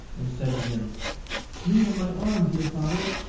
and said to him lean on my arm, dear father,